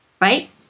right